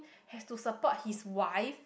has to support his wife